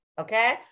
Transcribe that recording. okay